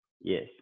yes